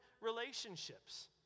relationships